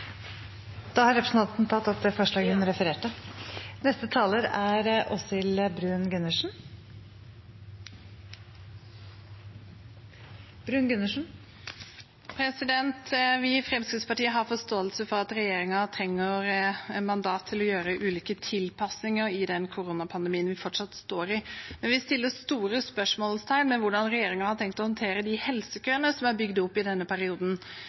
Da har representanten Kjersti Toppe tatt opp det forslaget hun refererte til. Vi i Fremskrittspartiet har forståelse for at regjeringen trenger mandat til å gjøre ulike tilpasninger i den koronapandemien vi fortsatt står i. Men vi setter store spørsmålstegn ved hvordan regjeringen har tenkt å håndtere de helsekøene som er bygd opp i denne perioden.